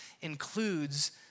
includes